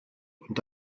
und